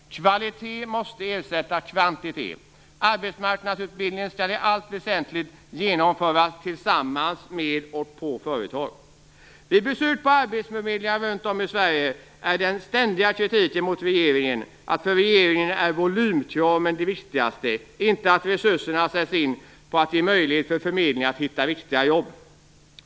Kvalitet måste ersätta kvantitet. Arbetsmarknadsutbildningen skall i allt väsentligt genomföras tillsammans med och på företagen. Vid besök på arbetsförmedlingar runt om i Sverige hör man den ständiga kritiken mot regeringen att för regeringen är volymkraven det viktigaste, inte att resurserna sätts in på att ge möjligheter för förmedlingarna att hitta riktiga jobb.